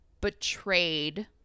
betrayed